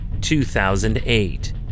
2008